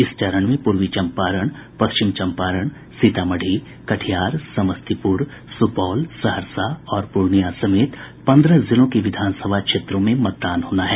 इस चरण में पूर्वी चम्पारण पश्चिम चम्पारण सीतामढ़ी कटिहार समस्तीपुर सुपौल सहरसा और पूर्णिया समेत पन्द्रह जिलों के विधानसभा क्षेत्रों में मतदान होना है